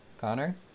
Connor